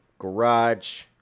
garage